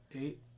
eight